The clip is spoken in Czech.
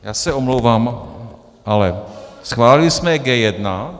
Já se omlouvám, ale schválili jsme G1.